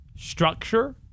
Structure